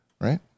right